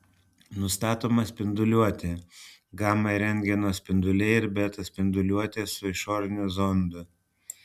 nustatoma spinduliuotė gama ir rentgeno spinduliai ir beta spinduliuotė su išoriniu zondu